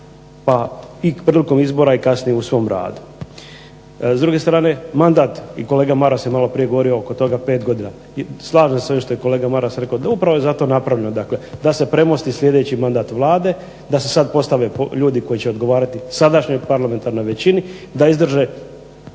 pa i prilikom izbora i kasnije u svom radu. S druge strane mandat i kolega Maras je malo prije govorio oko toga pet godina. Slažem se sa ovime što je kolega Maras rekao. Upravo je zato napravljeno, dakle da se premosti sljedeći mandat Vlade, da se sad postave ljudi koji će odgovarati sadašnjoj parlamentarnoj većini, da izdrže